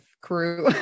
crew